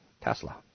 Tesla